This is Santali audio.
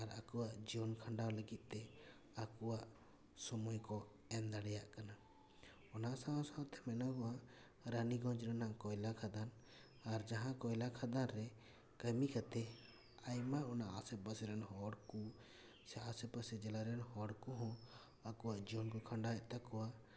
ᱟᱨ ᱟᱠᱚᱣᱟᱜ ᱡᱤᱭᱚᱱ ᱠᱷᱟᱸᱰᱟᱣ ᱞᱟᱹᱜᱤᱫ ᱛᱮ ᱟᱠᱚᱣᱟᱜ ᱥᱳᱢᱳᱭ ᱠᱚ ᱮᱢ ᱫᱟᱲᱮᱭᱟᱜ ᱠᱟᱱᱟ ᱚᱱᱟ ᱥᱟᱶ ᱥᱟᱶᱛᱮ ᱢᱮᱱᱚᱜᱚᱜᱼᱟ ᱨᱟᱱᱤᱜᱚᱡ ᱨᱮᱢᱟᱜ ᱠᱚᱭᱞᱟ ᱠᱷᱫᱟᱱ ᱟᱨ ᱡᱟᱦᱟᱸ ᱠᱚᱭᱞᱟ ᱠᱷᱟᱸᱫᱟᱱ ᱨᱮ ᱠᱟᱹᱢᱤ ᱠᱟᱛᱮ ᱟᱭᱢᱟ ᱚᱱᱟ ᱟᱥᱮ ᱯᱟᱥᱮ ᱨᱮᱱ ᱦᱚᱲ ᱠᱚ ᱥᱮ ᱟᱥᱮ ᱯᱟᱥᱮ ᱡᱮᱞᱟ ᱨᱮᱱ ᱦᱚᱲ ᱠᱚᱦᱚᱸ ᱟᱠᱚᱣᱟᱜ ᱡᱤᱭᱚᱱ ᱠᱚ ᱠᱷᱟᱸᱰᱟᱣᱮᱫ ᱛᱟᱠᱚᱣᱟ